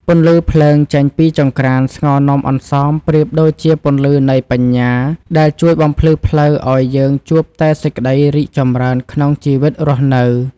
ពន្លឺភ្លើងចេញពីចង្ក្រានស្ងោរនំអន្សមប្រៀបដូចជាពន្លឺនៃបញ្ញាដែលជួយបំភ្លឺផ្លូវឱ្យយើងជួបតែសេចក្ដីរីកចម្រើនក្នុងជីវិតរស់នៅ។